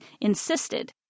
insisted